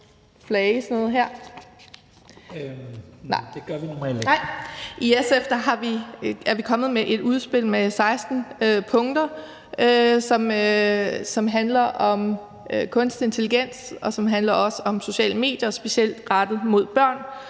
I SF er vi kommet med et udspil med 16 punkter, som handler om kunstig intelligens, og som også handler om sociale medier specielt rettet mod børn,